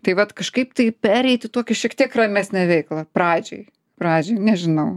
tai vat kažkaip tai pereit į tokį šiek tiek ramesnę veiklą pradžioj pradžioj nežinau